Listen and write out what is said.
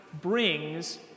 brings